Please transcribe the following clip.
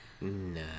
No